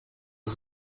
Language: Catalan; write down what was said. dir